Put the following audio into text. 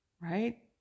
right